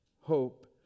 hope